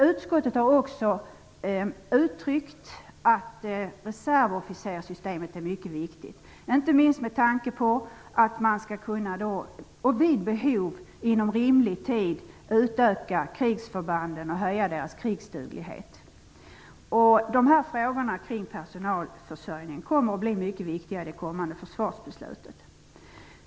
Utskottet har uttryckt att reservofficerssystemet är mycket viktigt, inte minst med tanke på att man vid behov och inom rimlig tid skall kunna utöka krigsförbanden och höja deras krigsduglighet. Frågorna om personalförsörjningen kommer att bli mycket viktiga i det kommande försvarsbeslutet.